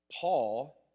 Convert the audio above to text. Paul